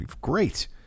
Great